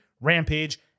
Rampage